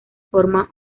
forma